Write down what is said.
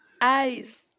Eyes